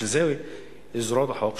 בשביל יש זרועות החוק,